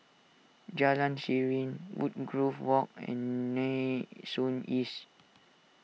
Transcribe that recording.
Jalan Serene Woodgrove Walk and Nee Soon East